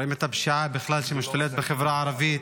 רואים את הפשיעה בכלל שמשתלטת בחברה הערבית,